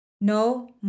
No